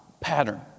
pattern